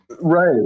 Right